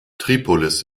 tripolis